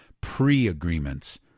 pre-agreements